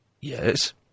Yes